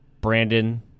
Brandon